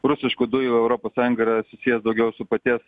rusiškų dujų europos sąjungoj yra susijęs daugiau su paties